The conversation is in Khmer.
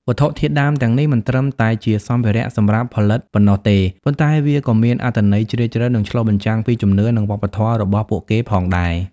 វត្ថុធាតុដើមទាំងនេះមិនត្រឹមតែជាសម្ភារៈសម្រាប់ផលិតប៉ុណ្ណោះទេ ប៉ុន្តែវាក៏មានអត្ថន័យជ្រាលជ្រៅ និងឆ្លុះបញ្ចាំងពីជំនឿ និងវប្បធម៌របស់ពួកគេផងដែរ។